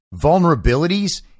vulnerabilities